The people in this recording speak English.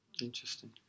Interesting